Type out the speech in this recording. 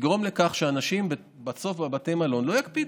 יגרום לכך שאנשים בבתי מלון לא יקפידו,